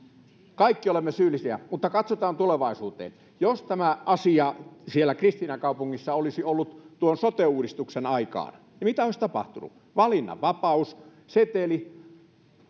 kaikki olemme syyllisiä mutta katsotaan tulevaisuuteen jos tämä asia siellä kristiinankaupungissa olisi ollut tuon sote uudistuksen aikaan niin mitä olisi tapahtunut valinnanvapaus seteli